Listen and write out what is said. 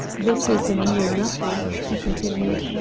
this is a mere nothing, he continued.